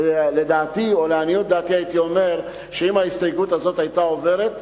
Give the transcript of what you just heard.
לעניות דעתי, אם ההסתייגות הזאת היתה עוברת,